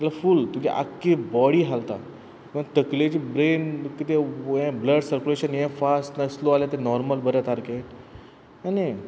सगळो फूल तुगे आख्खी बॉडी हालता तकलेची ब्रेन कितलें हें ब्लड सर्कुलेशन हें फास्ट वा स्लो आहलें तें नोर्मल बरें जाता सारकें आनी